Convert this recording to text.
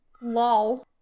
LOL